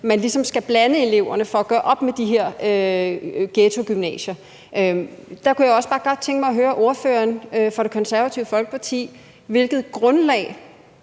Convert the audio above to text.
man ligesom skal blande eleverne for at gøre op med de her ghettogymnasier. Der kunne jeg også bare godt tænke mig at høre ordføreren for Det Konservative Folkeparti om, hvilket grundlag